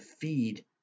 feed